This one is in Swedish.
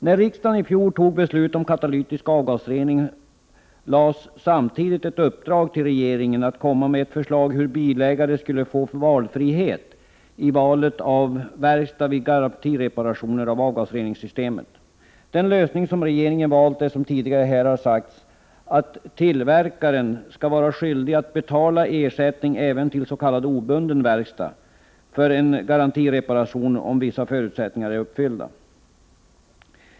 När riksdagen fjol fattade beslut om katalytisk avgasrening gavs samtidigt ett uppdrag till regeringen att komma med förslag till hur bilägare skulle få frihet i valet av verkstad vid garantireparationer av avgasreriingssystemet. Den lösning som regeringen valt är, som tidigare har sagts, att tillverkaren skall vara skyldig att betala ersättning för en garantireparation även till s.k. obunden verkstad om vissa förutsättningar är uppfyllda.